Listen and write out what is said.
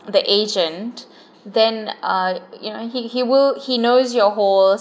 the agent then uh you know he he will he knows your whole